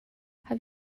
have